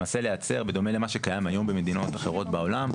למעשה לייצר בדומה למה שקיים היום במדינות אחרות בעולם,